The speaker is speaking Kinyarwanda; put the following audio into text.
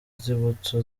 nzibutso